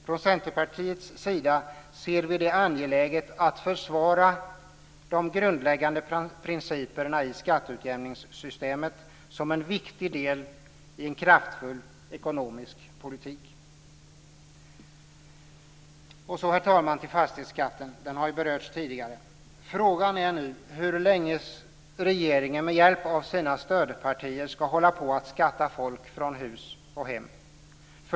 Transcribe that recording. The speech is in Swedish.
Från Centerpartiets sida ser vi det angeläget att försvara de grundläggande principerna i skatteutjämningssystemet som en viktig del i en kraftfull ekonomisk politik. Herr talman! Några ord om fastighetsskatten. Frågan är hur länge regeringen med hjälp av sina stödpartier ska hålla på att skatta folk från hus och hem.